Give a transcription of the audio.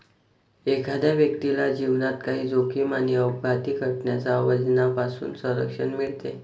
एखाद्या व्यक्तीला जीवनात काही जोखीम आणि अपघाती घटनांच्या वजनापासून संरक्षण मिळते